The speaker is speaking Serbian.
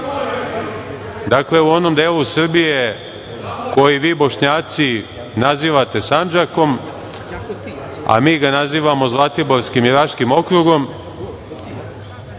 dakle u onom delu Srbije koji vi Bošnjaci nazivate Sandžakom, a mi ga nazivamo Zlatiborskim i Raškim okrugom,